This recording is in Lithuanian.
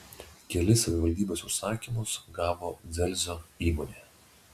kelis savivaldybės užsakymus gavo dzelzio įmonė